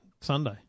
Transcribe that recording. Sunday